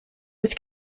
with